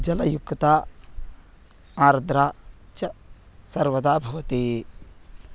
जलयुक्ता आर्द्रा च सर्वदा भवति